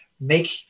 make